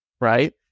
right